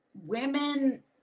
women